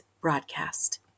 broadcast